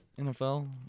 NFL